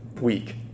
week